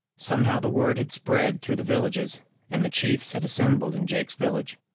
somehow the word had spread through the villages and the chiefs had assembled in jake's village.